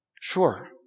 Sure